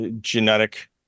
genetic